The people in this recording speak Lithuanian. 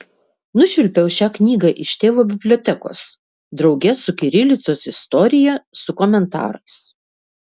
nušvilpiau šią knygą iš tėvo bibliotekos drauge su kirilicos istorija su komentarais